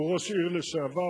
והוא ראש עיר לשעבר.